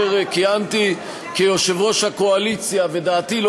כאשר כיהנתי כיושב-ראש הקואליציה ודעתי לא